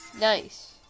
Nice